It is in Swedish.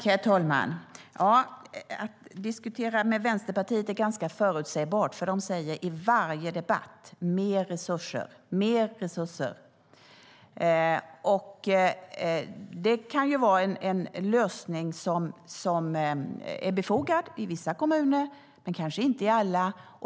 Herr talman! Att diskutera med Vänsterpartiet är ganska förutsägbart, för de säger i varje debatt: Mer resurser! Mer resurser! Det kan vara en lösning som är befogad i vissa kommuner men kanske inte i alla.